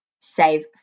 save